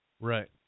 Right